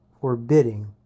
forbidding